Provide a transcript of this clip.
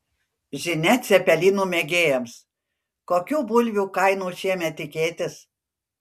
žinia cepelinų mėgėjams kokių bulvių kainų šiemet tikėtis